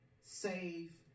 Save